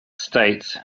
states